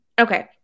Okay